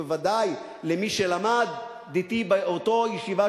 ובוודאי אל מי שלמד אתי באותה ישיבה,